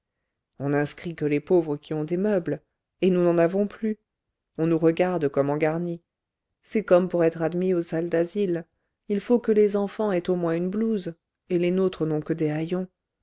on n'inscrit que les pauvres qui ont des meubles et nous n'en avons plus on nous regarde comme en garni c'est comme pour être admis aux salles d'asile il faut que les enfants aient au moins une blouse et les nôtres n'ont que des haillons